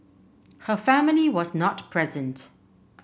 her family was not present